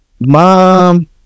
mom